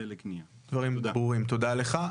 הדברים ברורים, תודה לך.